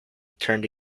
turned